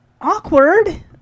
Awkward